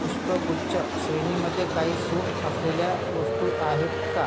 पुष्पगुच्छ श्रेणीमध्ये काही सूट असलेल्या वस्तू आहेत का